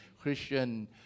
Christian